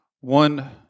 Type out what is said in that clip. one